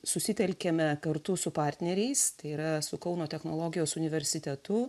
susitelkėme kartu su partneriais tai yra su kauno technologijos universitetu